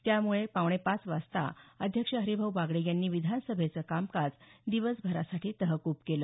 त्यामुळे पावणेपाच वाजता अध्यक्ष हरिभाऊ बागडे यांनी विधानसभेचं कामकाज दिवसभरासाठी तहकूब केलं